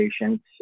patients